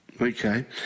Okay